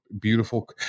beautiful